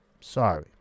Sorry